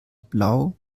blau